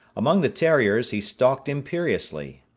among the terriers he stalked imperiously,